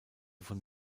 von